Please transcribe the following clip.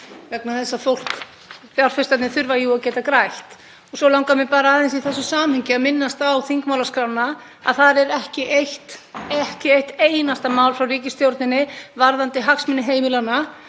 vegna þess að fjárfestarnir þurfa jú að geta grætt. Svo langar mig bara aðeins í þessu samhengi að minnast á þingmálaskrána, þar er ekki eitt einasta mál frá ríkisstjórninni varðandi hagsmuni heimilanna